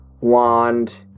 wand